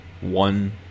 one